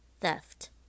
theft